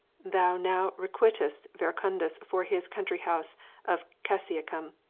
thou now requitest verecundus for his country house of cassiacum,